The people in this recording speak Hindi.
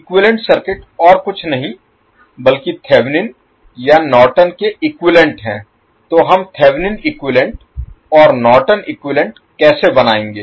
इक्विवैलेन्ट सर्किट और कुछ नहीं बल्कि थेवेनिन या नॉर्टन के इक्विवैलेन्ट है तो हम थेवेनिन इक्विवैलेन्ट और नॉर्टन इक्विवैलेन्ट कैसे बनाएंगे